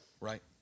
right